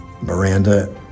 Miranda